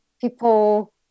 People